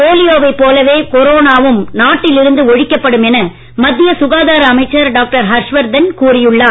போலியோவைப் போலவே கொரோனாவும் நாட்டில் இருந்து ஒழிக்கப்படும் என மத்திய சுகாதார அமைச்சர் டாக்டர் ஹர்ஷவர்தன் கூறி உள்ளார்